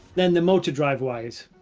then the motor drive wires.